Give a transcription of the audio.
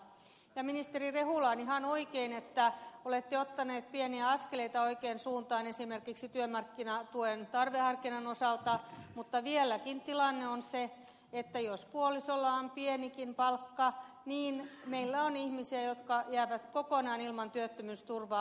ministeri rehula on ihan oikein että olette ottanut pieniä askeleita oikeaan suuntaan esimerkiksi työmarkkinatuen tarveharkinnan osalta mutta vieläkin tilanne on se että jos puolisolla on pienikin palkka niin meillä on ihmisiä jotka jäävät kokonaan ilman työttömyysturvaa